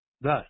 Thus